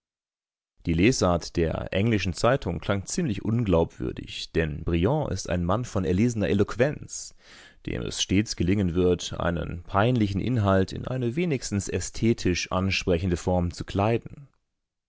die lesart der englischen zeitung klang ziemlich unglaubwürdig denn briand ist ein mann von erlesener eloquenz dem es stets gelingen wird einen peinlichen inhalt in eine wenigstens ästhetisch ansprechende form zu kleiden